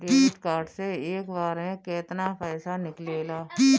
Debit card से एक बार मे केतना पैसा निकले ला?